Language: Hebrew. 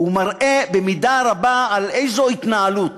הוא מראה, במידה רבה, על איזו התנהלות.